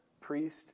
priest